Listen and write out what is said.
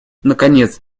наконец